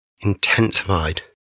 intensified